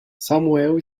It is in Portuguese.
samuel